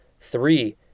Three